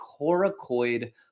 coracoid